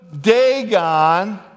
Dagon